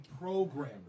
programmers